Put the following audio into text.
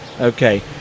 okay